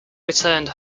returned